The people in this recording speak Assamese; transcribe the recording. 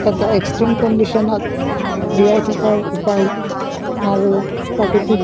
এটা এক্সষ্ট্ৰিম কনডিচনত জীয়াই থকাৰ উপায় আৰু প্ৰাকৃতিক